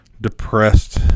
depressed